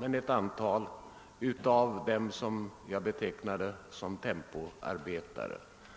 de anställda som jag betecknade som tempoarbetare.